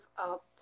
up